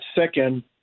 second